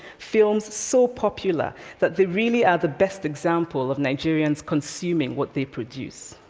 films so popular that they really are the best example of nigerians consuming what they produce?